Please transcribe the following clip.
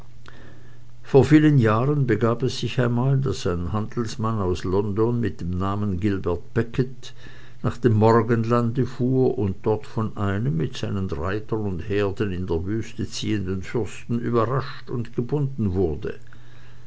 vor vielen jahren begab es sich einmal daß ein handelsmann aus london mit namen gilbert becket nach dem morgenlande fuhr und dort von einem mit seinen reitern und herden in der wüste ziehenden fürsten überrascht und gebunden wurde